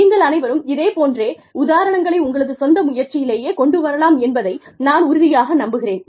நீங்கள் அனைவரும் இதே போன்ற உதாரணங்களை உங்களது சொந்த முயற்சியிலேயே கொண்டு வரலாம் என்பதை நான் உறுதியாக நம்புகிறேன்